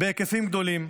בהיקפים גדולים.